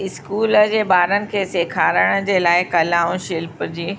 school जे ॿारनि खे सेखारण जे लाइ कला लाइ शिल्प जी